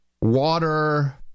water